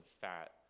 fat